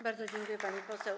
Bardzo dziękuję, pani poseł.